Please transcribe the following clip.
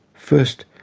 first,